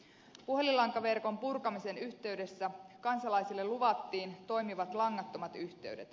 puhelinlankaverkon purkamisen yhteydessä kansalaisille luvattiin toimivat langattomat yhteydet